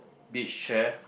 beach chair